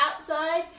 outside